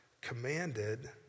commanded